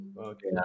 Okay